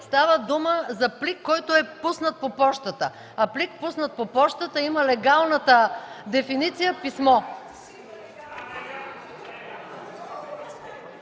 става дума за плик, който е пуснат по пощата. А плик, пуснат по пощата, има легалната дефиниция „писмо”.